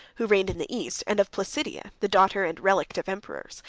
who reigned in the east, and of placidia, the daughter and relict of emperors,